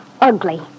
ugly